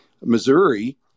Missouri